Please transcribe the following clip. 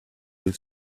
his